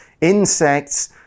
insects